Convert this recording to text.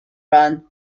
run